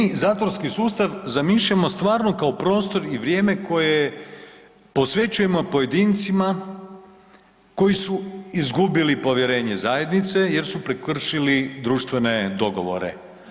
Dakle, mi zatvorski sustav zamišljamo stvarno kao prostor i vrijeme koje posvećujemo pojedincima koji su izgubili povjerenje zajednice jer su prekršili društvene dogovore.